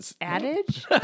adage